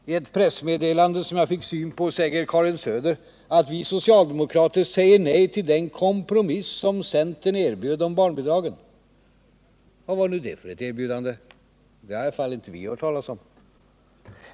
I ett pressmeddelande som jag fick syn på säger Karin Söder att vi socialdemokrater säger nej till den ”kompromiss som centern erbjöd om barnbidragen”. Vad var nu det för erbjudande? Det har inte vi hört talas om.